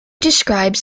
describes